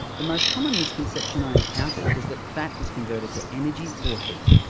the most common misconception i encountered was that fat is converted to energy or heat.